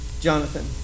Jonathan